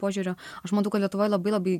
požiūrio aš matau lietuvoj labai labai